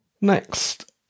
Next